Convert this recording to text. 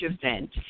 event